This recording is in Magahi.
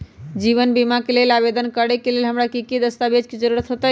जीवन बीमा के लेल आवेदन करे लेल हमरा की की दस्तावेज के जरूरत होतई?